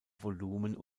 volumen